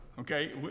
okay